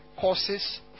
causes